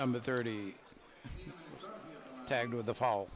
number thirty tagged with a fall